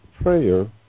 prayer